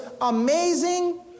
amazing